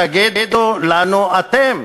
תגידו לנו אתם,